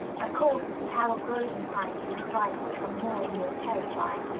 of course, as a tower grows in height, these rides become more and more terrifying,